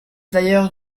d’ailleurs